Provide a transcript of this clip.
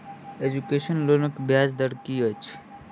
Education लोनक ब्याज दर की अछि?